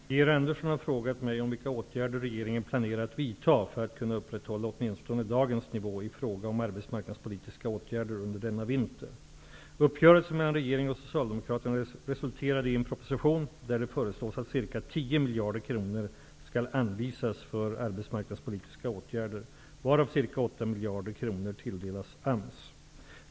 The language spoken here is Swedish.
Fru talman! Georg Andersson har frågat mig om vilka åtgärder regeringen planerar att vidta för att kunna upprätthålla åtminstone dagens nivå i fråga om arbetsmarknadspolitiska åtgärder under denna vinter. Socialdemokraterna resulterade i en proposition där det föreslås att ca 10 miljarder kronor skall anvisas för arbetsmarknadspolitiska åtgärder varav ca 8 miljarder kronor tilldelas AMS.